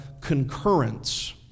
concurrence